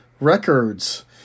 records